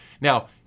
Now